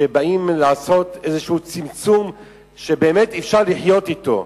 שבאות לעשות איזשהו צמצום שבאמת אפשר לחיות אתו.